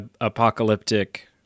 apocalyptic